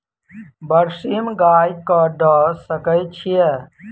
बरसीम गाय कऽ दऽ सकय छीयै?